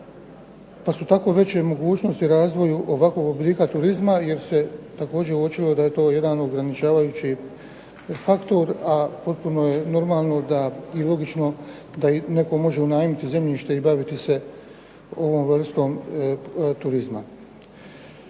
Pa su tako veće mogućnosti razvoja ovakvog oblika turizma, jer se također uočilo da je to jedan ograničavajući faktor, a potpuno je normalno i logično da netko može unajmiti zemljište i baviti se ovom vrstom turizma.